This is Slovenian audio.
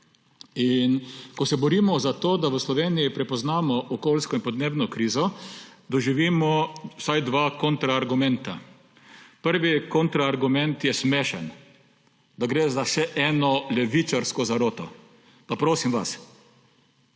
In ko se borimo za to, da v Sloveniji prepoznamo okoljsko in podnebno krizo, doživimo vsaj dva kontra argumenta. Prvi kontra argument je smešen – da gre za še eno levičarsko zaroto. Pa prosim vas.